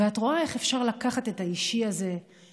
ואת רואה איך אפשר לקחת את האישי הזה למקום,